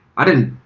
i didn't,